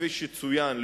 כפי שצוין,